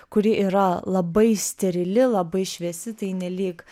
kuri yra labai sterili labai šviesi tai nelyg